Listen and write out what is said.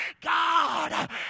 God